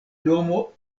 nomo